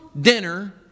dinner